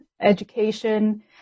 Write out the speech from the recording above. education